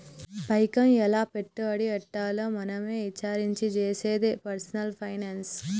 పైకం ఎలా పెట్టుబడి పెట్టాలో మనమే ఇచారించి చేసేదే పర్సనల్ ఫైనాన్స్